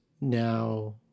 now